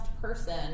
person